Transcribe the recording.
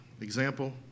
example